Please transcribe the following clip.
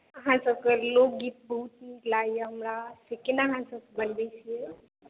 अहाँसभके लोकगीत बहुत नीक लगैए हमरा से केना अहाँसभ बनबैत छियै